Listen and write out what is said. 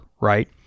right